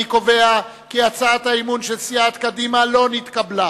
6. אני קובע כי הצעת האי-אמון של סיעת קדימה לא נתקבלה.